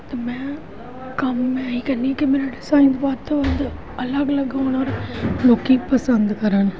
ਅਤੇ ਮੈਂ ਕੰਮ ਮੈਂ ਇਹ ਹੀ ਕਹਿੰਦੀ ਹਾਂ ਕਿ ਮੇਰਾ ਡਿਜ਼ਾਇਨ ਵੱਧ ਤੋਂ ਵੱਧ ਅਲੱਗ ਅਲੱਗ ਹੋਣ ਔਰ ਲੋਕ ਪਸੰਦ ਕਰਨ